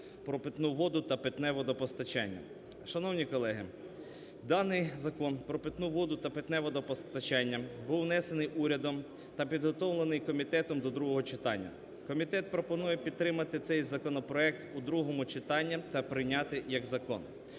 про питну воду та питне водопостачання. Шановні колеги, даний Закон про питну воду та питне водопостачання був внесений урядом та підготовлений комітетом до другого читання. Комітет пропонує підтримати цей законопроект у другому читанні та прийняти як закон.